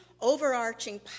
overarching